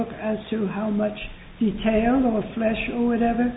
k as to how much detail of flesh or whatever